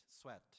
sweat